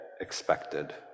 expected